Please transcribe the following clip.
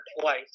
twice